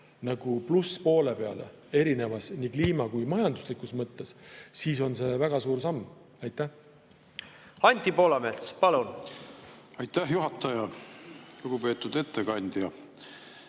nagu plusspoole peale nii kliima kui ka majanduse mõttes, siis on see väga suur samm. Anti Poolamets, palun! Aitäh, juhataja! Lugupeetud ettekandja!